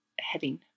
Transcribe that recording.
heading